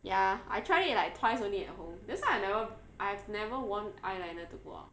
ya I tried it like twice only at home that's why I never I have never worn eyeliner to go out